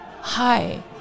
Hi